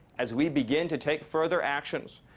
as we begin to take further actions,